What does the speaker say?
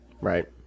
Right